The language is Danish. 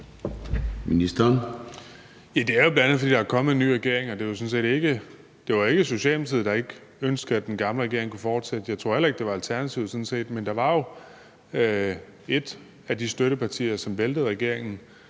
Det er jo, bl.a. fordi der er kommet en ny regering. Det var jo ikke Socialdemokratiet, der ikke ønskede, at den gamle regering kunne fortsætte. Jeg tror sådan set heller ikke, det var Alternativet, men det var jo et af støttepartierne, som væltede regeringen